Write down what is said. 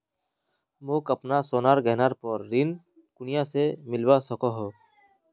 मोक अपना सोनार गहनार पोर ऋण कुनियाँ से मिलवा सको हो?